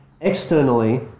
Externally